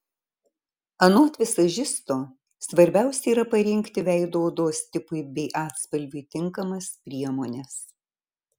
anot vizažisto svarbiausia yra parinkti veido odos tipui bei atspalviui tinkamas priemones